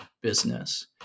business